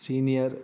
senior